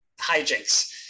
hijinks